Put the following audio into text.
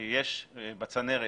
יש בצנרת